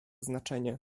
znaczenie